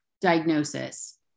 diagnosis